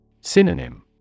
Synonym